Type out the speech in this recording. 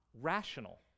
rational